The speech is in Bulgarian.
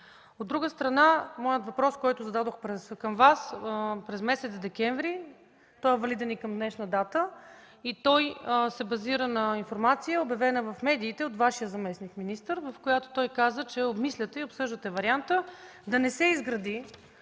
От друга страна, моят въпрос, който зададох към Вас през месец декември, е валиден и към днешна дата. Той се базира на информация, обявена в медиите от Вашия заместник-министър. В нея той каза, че обмисляте и обсъждате вариант да не се изгради